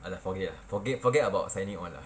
!alah! forget ah forget forget about signing on lah